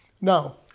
Now